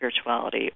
spirituality